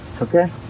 Okay